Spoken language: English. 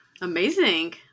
Amazing